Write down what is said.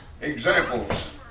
examples